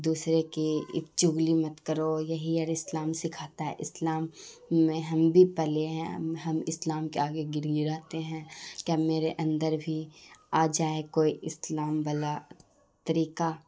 دوسرے کی چگلی مت کرو یہی اور اسلام سکھاتا ہے اسلام میں ہم بھی پلے ہیں ہم اسلام کے آگے گڑگڑاتے ہیں کیا میرے اندر بھی آ جائے کوئی اسلام والا طریقہ